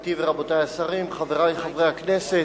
גברתי ורבותי השרים, חברי חברי הכנסת,